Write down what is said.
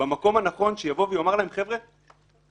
במקום הנכון שיבוא ויאמר להם: חבר'ה,